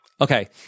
Okay